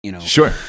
Sure